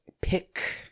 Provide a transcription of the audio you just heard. pick